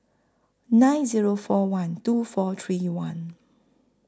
nine Zero four one two four three one